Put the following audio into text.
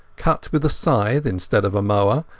cut with a scythe instead of a mower,